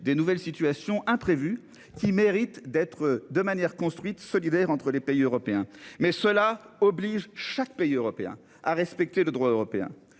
des nouvelles situations imprévues qui mérite d'être de manière construite solidaire entre les pays européens mais cela oblige chaque pays européen à respecter le droit européen.